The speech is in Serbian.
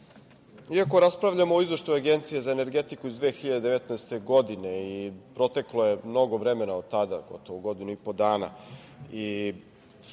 iako raspravljamo o Izveštaju Agencije za energetiku iz 2019. godine i proteklo je mnogo vremena od tada, gotovo godinu i po dana,